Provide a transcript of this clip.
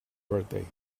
birthday